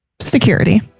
security